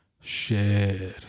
share